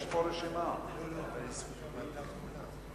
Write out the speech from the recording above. של צבא-הגנה לישראל (שידורי חסות ותשדירי שירות)